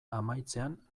amaitzean